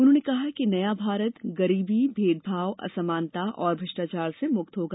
उन्होंने कहा कि नया भारत गरीबी भेदभाव असमानता और भ्रष्टाचार से मुक्त होगा